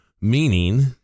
meaning